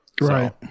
Right